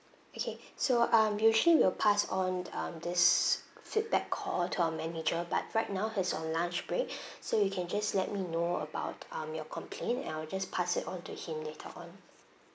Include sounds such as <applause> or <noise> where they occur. okay <breath> so um usually we'll pass on um this feedback call to our manager but right now he's on lunch break <breath> so you can just let me know about um your complaint and I will just pass it onto him later on